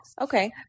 okay